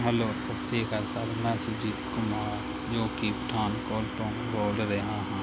hello ਸਤਿ ਸ਼੍ਰੀ ਅਕਾਲ ਸਰ ਮੈਂ ਸੁਰਜੀਤ ਕੁਮਾਰ ਜੋ ਕਿ ਪਠਾਨਕੋਟ ਤੋਂ ਬੋਲ ਰਿਹਾ ਹਾਂ